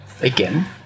again